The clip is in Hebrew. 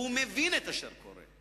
והוא מבין את אשר קורה.